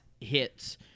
hits